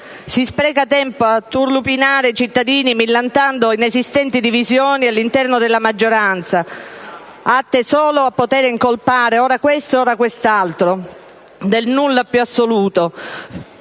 Si spreca tempo a turlupinare i cittadini millantando inesistenti divisioni all'interno della maggioranza, atte solo a poter incolpare ora questo e ora quest'altro del nulla più assoluto